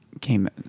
came